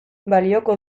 balioko